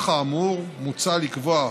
חבר הכנסת איתן כבל,